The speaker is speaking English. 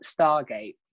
Stargate